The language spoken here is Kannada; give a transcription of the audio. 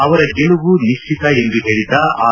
ಅವರ ಗೆಲುವು ನಿಶ್ಚಿತ ಎಂದು ಹೇಳಿದ ಆರ್